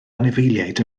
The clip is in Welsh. anifeiliaid